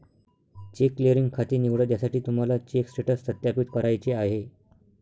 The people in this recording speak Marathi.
चेक क्लिअरिंग खाते निवडा ज्यासाठी तुम्हाला चेक स्टेटस सत्यापित करायचे आहे